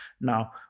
now